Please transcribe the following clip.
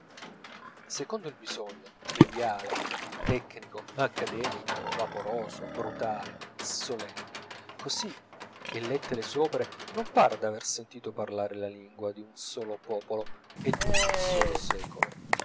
secondo il bisogno triviale tecnico accademico vaporoso brutale solenne così che lette le sue opere non par d'aver sentito parlare la lingua di un solo popolo e d'un solo secolo